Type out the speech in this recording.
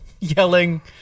yelling